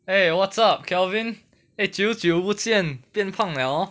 !hey! what's up kelvin eh 久久不见变胖 liao hor